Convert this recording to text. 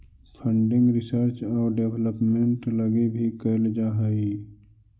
funding research आउ development लगी भी कैल जा हई